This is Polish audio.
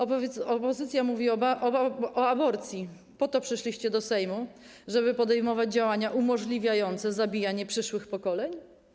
Opozycja mówi o aborcji - po to przyszliście do Sejmu, żeby podejmować działania umożliwiające zabijanie przyszłych pokoleń?